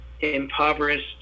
impoverished